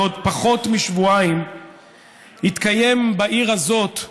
בעוד פחות משבועיים יתקיים בעיר הזאת,